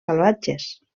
salvatges